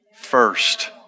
first